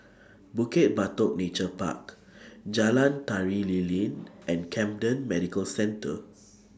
Bukit Batok Nature Park Jalan Tari Lilin and Camden Medical Centre